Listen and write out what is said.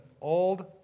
old